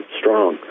strong